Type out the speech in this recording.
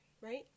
right